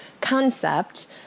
concept